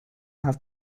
have